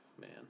Man